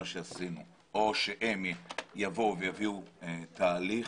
שעשינו או שהם יבואו ויביאו תהליך,